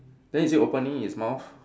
then is it opening its mouth